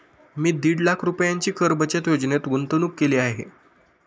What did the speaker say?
मी दीड लाख रुपयांची कर बचत योजनेत गुंतवणूक केली आहे